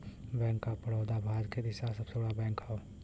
bank of Baroda Bharat के तीसरा सबसे बड़ा बैंक हौ